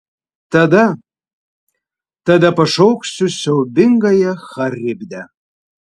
tada tada pašauksiu siaubingąją charibdę